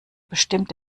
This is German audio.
bestimmt